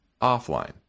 offline